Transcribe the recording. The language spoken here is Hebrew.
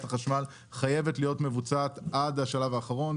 החשמל חייבת להיות מבוצעת עד השלב האחרון.